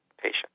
patient